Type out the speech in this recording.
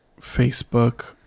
facebook